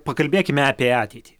pakalbėkime apie ateitį